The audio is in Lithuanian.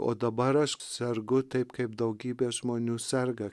o dabar aš sergu taip kaip daugybė žmonių serga